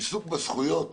עיסוק בזכויות